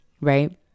right